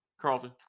Carlton